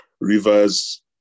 Rivers